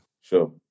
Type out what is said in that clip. Sure